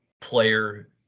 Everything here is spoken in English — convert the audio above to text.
player